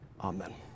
Amen